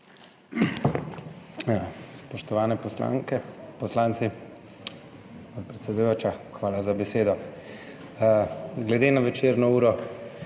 spoštovani poslanke, poslanci! Predsedujoča, hvala za besedo. Glede na večerno uro